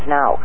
Now